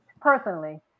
personally